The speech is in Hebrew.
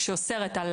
שאוסרת על